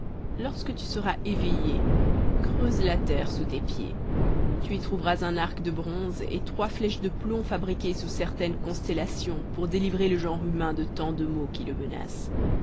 lorsque tu seras éveillé creuse la terre sous tes pieds tu y trouveras un arc de bronze et trois flèches de plomb fabriquées sous certaines constellations pour délivrer le genre humain de tant de maux qui le menacent